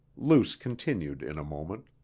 luce continued in a moment